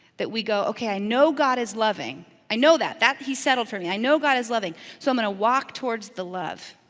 that we go, okay, i know god is loving, i know that, that he settled for me, i know god is loving. so i'm gonna walk towards the love.